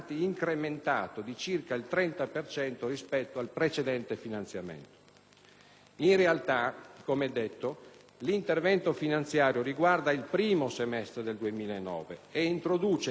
In realtà, come detto, l'intervento finanziario riguarda il primo semestre del 2009 e introduce tra l'altro nuovi impegni, nuove missioni, rispetto all'anno precedente.